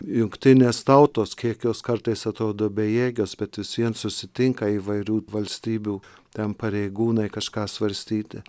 jungtinės tautos kiek jos kartais atrodo bejėgės bet vis vien susitinka įvairių valstybių ten pareigūnai kažką svarstyti